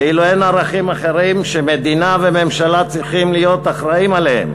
כאילו אין ערכים אחרים שמדינה וממשלה צריכות להיות אחראיות להם,